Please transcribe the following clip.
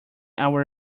our